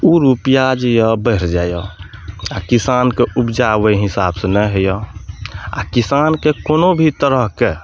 ओ रुपिआ जे यऽ बढ़ि जाइए आ किसानके उपजा ओहि हिसाबसँ नहि होइए आ किसानके कोनो भी तरहके